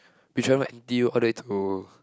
we travel N_T_U all the way to